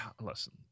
Listen